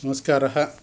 नमस्कारः